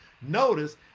Notice